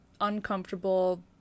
uncomfortable